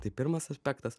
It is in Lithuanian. tai pirmas aspektas